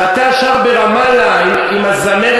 ואתה שר ברמאללה עם הזמרת,